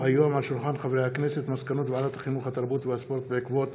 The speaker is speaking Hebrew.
הצעת חוק לקביעת